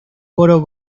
coro